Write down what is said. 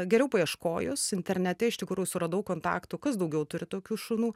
geriau paieškojus internete iš tikrųjų suradau kontaktų kas daugiau turi tokių šunų